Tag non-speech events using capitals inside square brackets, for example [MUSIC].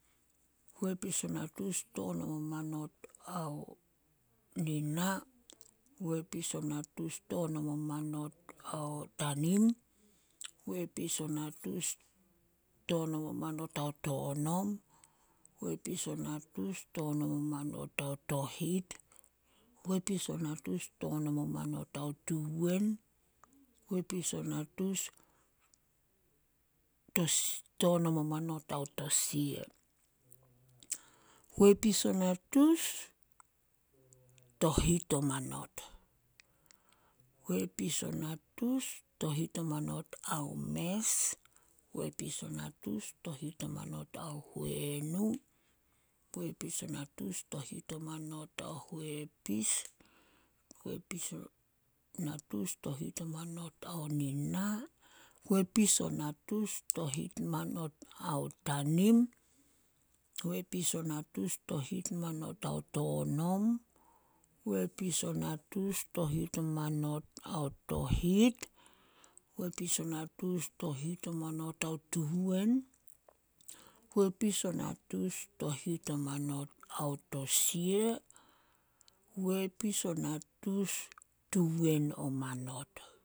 ﻿Huepis o natus tonom o manot ao nina, huepis o natus tonom o manot ao tanim, huepis o natus tonom o manot ao tonom, huepis o natus tonom o manot ao tohit, huepis o natus tonom o manot ao tuwen, huepis o natus [UNINTELLIGIBLE] tonom o manot ao tosia, huepis o natus tohit o manot. Huepis o natus tohit o manot ao mes, huepis o natus tohit o manot ao huenu, huepis o natus tohit o manot ao huepis, huepis o natus tohit o manot ao nina huepis a natus tohit manot ao tanim, huepis o natus tohit manot ao tonom, huepis o natus tohit o manot ao tohit, huepis o natus tohit o manot ao tuwen, huepis o natus tohit o manot ao tosia, huepis o natus tuwen o manot.